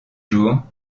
jours